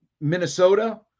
Minnesota